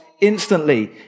instantly